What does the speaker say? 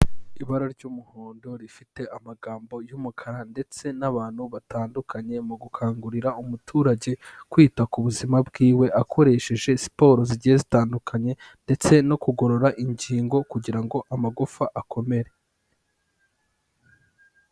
Ibara ry'umuhondo rifite amagambo y'umukara, ndetse n'abantu batandukanye, mu gukangurira umuturage kwita ku buzima bw'iwe, akoresheje siporo zigiye zitandukanye, ndetse no kugorora ingingo kugira ngo amagufa akomere.